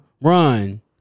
Run